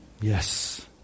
Yes